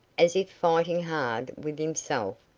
as if fighting hard with himself,